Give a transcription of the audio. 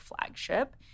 flagship